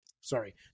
sorry